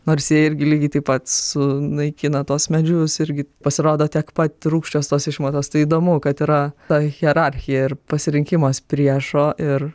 nors jie irgi lygiai taip pat sunaikina tuos medžius irgi pasirodo tiek pat rūgščios tos išmatos tai įdomu kad yra ta hierarchija ir pasirinkimas priešo ir